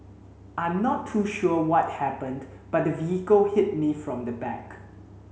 I am not too sure what happened but the vehicle hit me from the back